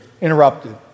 interrupted